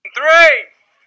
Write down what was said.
three